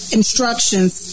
instructions